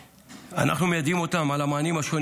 אנחנו מיידעים אותם על המענים השונים